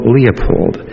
Leopold